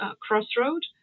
Crossroad